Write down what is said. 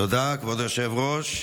תודה, כבוד היושב-ראש.